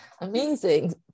Amazing